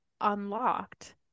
unlocked